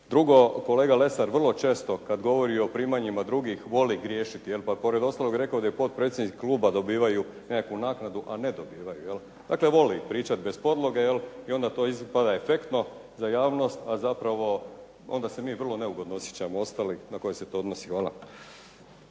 Drugo, kolega Lesar vrlo često kad govori o primanjima drugih voli griješiti pa je pored ostalog rekao da je potpredsjednici kluba dobivaju nekakvu naknadu, a ne dobivaju. Dakle, voli pričat bez podloge i to ispada efektno za javnost, a zapravo onda se mi vrlo neugodno osjećamo ostali na koje se to odnosi. Hvala.